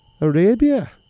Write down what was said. Arabia